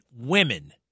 women